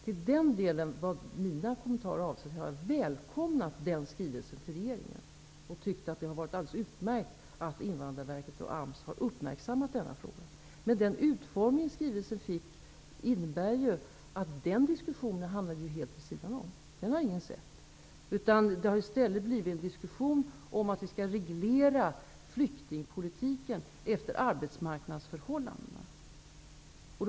Till den delen har jag välkomnat skrivelsen till regeringen och tyckt att det var alldeles utmärkt att Invandrarverket och AMS har uppmärksammat frågan. Den utformning skrivelsen fick gjorde att diskussionen hamnade helt vid sidan av, den har ingen sett. Det har i stället blivit en diskussion om att vi skall reglera flyktingpolitiken efter arbetsmarknadsförhållandena.